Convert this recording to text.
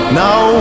now